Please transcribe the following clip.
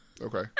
Okay